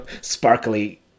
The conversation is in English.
sparkly